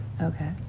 Okay